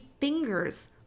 fingers